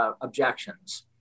objections